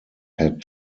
had